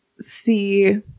see